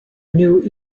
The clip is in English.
new